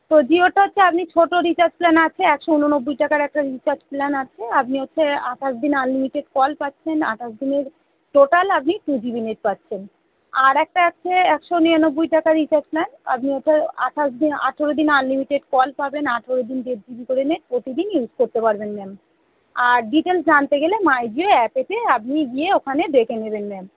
তো জিওরটা হচ্ছে আপনি ছোটো রিচার্জ প্ল্যান আছে একশো উননব্বই টাকার একটা রিচার্জ প্ল্যান আছে আপনি হচ্ছে আঠাশ দিন আনলিমিটেড কল পাচ্ছেন আঠাশ দিনের টোটাল আপনি টু জিবি নেট পাচ্ছেন আর একটা আছে একশো নিরানব্বই টাকা রিচার্জ প্ল্যান আপনি ওটার আঠাশ দিন আঠেরো দিন আনলিমিটেড কল পাবেন আঠেরো দিন দেড় জিবি করে নেট প্রতিদিন ইউস করতে পারবেন ম্যাম আর ডিটেলস জানতে গেলে মাই জিও অ্যাপেতে আপনি গিয়ে ওখানে দেখে নেবেন ম্যাম